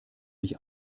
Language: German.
mich